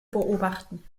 beobachten